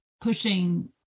pushing